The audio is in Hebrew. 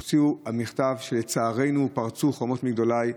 הם הוציאו מכתב שלצערנו "פרצו חומות מגדליי"